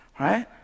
Right